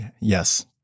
Yes